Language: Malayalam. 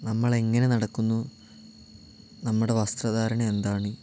നമ്മളെങ്ങനെ നടക്കുന്നു നമ്മുടെ വസ്ത്രധാരണമെന്താണ്